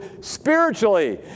spiritually